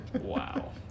Wow